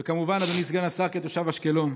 וכמובן, אדוני סגן השר, כתושב אשקלון.